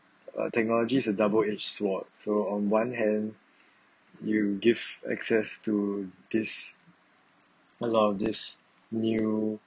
uh technology's a double edge sword so on one hand you give access to this allow this new